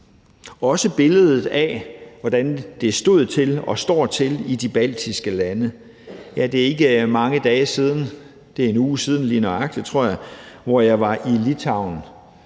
også billedet af, hvordan det stod til og står til i de baltiske lande. Det er ikke mange dage siden – en uge siden